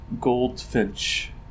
goldfinch